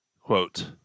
Quote